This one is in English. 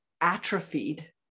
atrophied